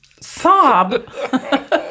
sob